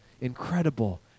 incredible